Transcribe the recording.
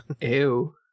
Ew